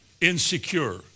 insecure